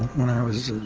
when i was.